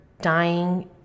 dying